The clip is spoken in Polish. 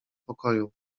pokoju